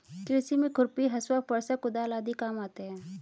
कृषि में खुरपी, हँसुआ, फरसा, कुदाल आदि काम आते है